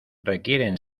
requieren